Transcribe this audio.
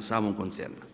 samog koncerna.